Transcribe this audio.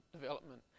development